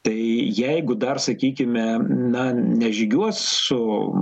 tai jeigu dar sakykime na nežygiuos su